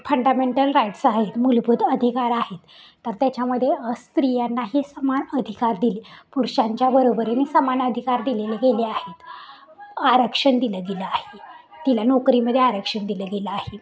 fundamental rights आहेत मूलभूत अधिकार आहेत तर त्याच्यामध्ये स्त्रियांनाही समान अधिकार दिले पुरुषांच्या बरोबरीने समान अधिकार दिलेले गेले आहेत आरक्षण दिलं गेलं आहे तिला नोकरीमध्ये आरक्षण दिलं गेलं आहे